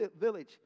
village